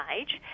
age